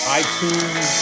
iTunes